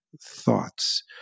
thoughts